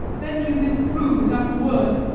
then he withdrew without a word.